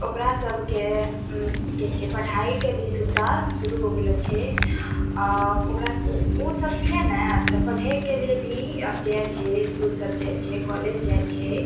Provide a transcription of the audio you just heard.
ओकरा सबके की कहै छै पढ़ाइके भी सुविधा शुरू हो गेलो छै ओकरा सबके ओ सब छै ने तऽ पढ़ैके लिए भी आब जाइ छै इसकुल सब जाइ छै कॉलेज जाइ छै